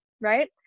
right